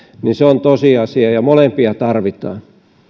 se on tosiasia ja molempia tarvitaan